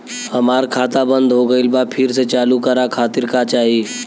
हमार खाता बंद हो गइल बा फिर से चालू करा खातिर का चाही?